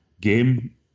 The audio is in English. Game